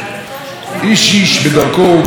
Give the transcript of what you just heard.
והגברת המכובדת בדרכה היא,